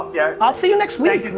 yeah i'll see you next week.